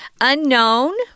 Unknown